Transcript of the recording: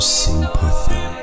sympathy